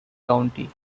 county